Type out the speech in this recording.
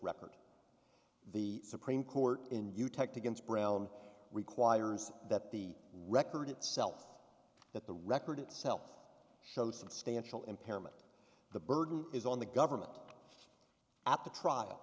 record the supreme court in eutectic it's brown requires that the record itself that the record itself show substantial impairment the burden is on the government at the trial